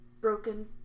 broken